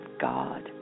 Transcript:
God